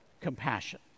compassion